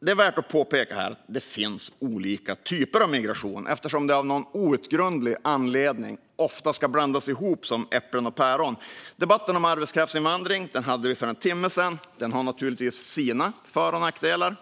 Det är värt att påpeka här att det finns olika typer av migration, eftersom det av någon outgrundlig anledning brukar blandas ihop som äpplen och päron. Debatten om arbetskraftsinvandring hade vi för en timme sedan. Den har naturligtvis sina för och nackdelar.